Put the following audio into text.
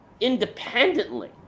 independently